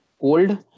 cold